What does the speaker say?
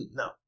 no